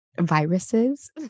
viruses